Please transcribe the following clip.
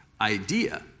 idea